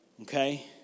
Okay